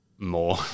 more